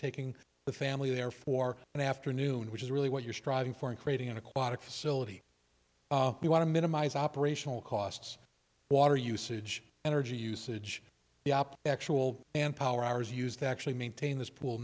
taking the family there for an afternoon which is really what you're striving for in creating an aquatic facility you want to minimize operational costs water usage energy usage the op actual and power hours used to actually maintain this pool